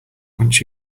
once